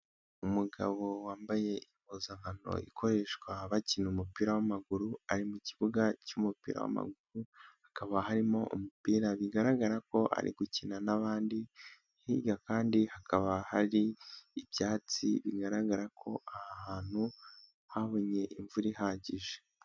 Umugabo wambaye impuzankano ikoreshwa bakina umupira w'amaguru, ari mu kibuga cy'umupira w'amaguru, hakaba harimo umupira bigaragara ko ari gukina n'abandi, hirya kandi hakaba hari ibyatsi bigaragara ko aha hantu habonye imvura ihagije.